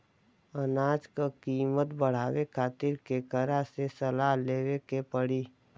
अनाज क कीमत बढ़ावे खातिर केकरा से सलाह लेवे के पड़ी?